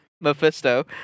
Mephisto